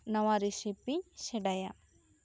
ᱱᱟᱣᱟ ᱨᱮᱥᱤᱯᱤᱧ ᱥᱮᱬᱟᱭᱟ